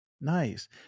Nice